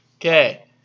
Okay